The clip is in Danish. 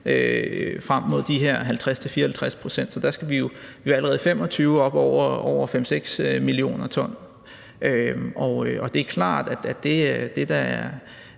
frem mod de her 50-54 pct. Så der skal vi jo allerede i 2025 op over 5-6 mio. t. Det er klart, at vores